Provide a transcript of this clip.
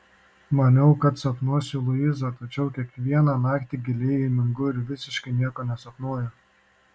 maniau kad sapnuosiu luisą tačiau kiekvieną naktį giliai įmingu ir visiškai nieko nesapnuoju